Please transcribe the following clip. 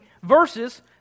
verses